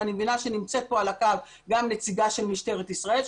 ואני מבינה שנמצאת כאן על הקו גם נציגה של משטרת ישראל,